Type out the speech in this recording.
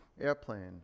Airplane